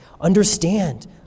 Understand